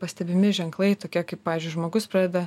pastebimi ženklai tokie kaip pavyzdžiui žmogus pradeda